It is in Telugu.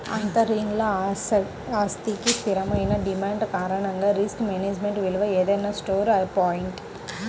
అంతర్లీన ఆస్తికి స్థిరమైన డిమాండ్ కారణంగా రిస్క్ మేనేజ్మెంట్ విలువ ఏదైనా స్టోర్ పాయింట్